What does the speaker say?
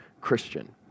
Christian